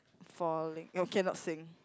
falling okay not sing